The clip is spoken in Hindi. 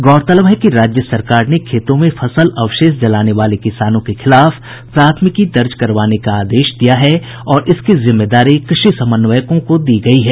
गौरतलब है कि राज्य सरकार ने खेतों में फसल अवशेष जलाने वाले किसानों के खिलाफ प्राथमिकी दर्ज करवाने का आदेश दिया है और इसकी जिम्मेदारी कृषि समन्वयकों को दी गयी है